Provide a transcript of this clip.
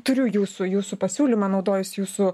turiu jūsų jūsų pasiūlymą naudojuosi jūsų